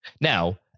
now